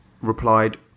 replied